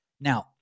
Now